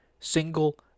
single